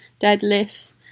deadlifts